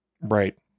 Right